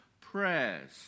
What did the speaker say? prayers